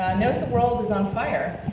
knows the world is on fire,